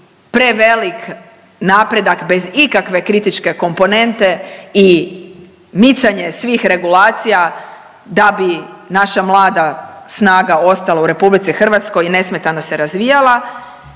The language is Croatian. prevelik napredak bez ikakve kritičke komponente i micanje svih regulacija da bi naša mlada snaga ostala u RH i nesmetano se razvijala